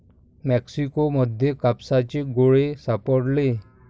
Mexico मध्ये कापसाचे गोळे सापडले